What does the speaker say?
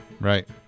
Right